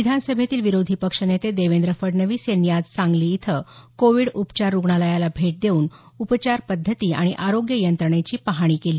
विधानसभेतील विरोधीपक्ष नेते देवेंद्र फडणवीस यांनी आज सांगली इथं कोविड उपचार रुग्णालयाला भेट देऊन उपचार पद्धती आणि आरोग्य यंत्रणेची पाहणी केली